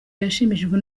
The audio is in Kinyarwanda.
yashimishijwe